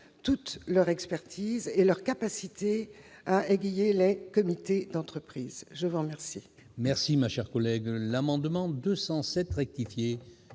toute leur expertise et leur capacité à aiguiller les comités d'entreprise. L'amendement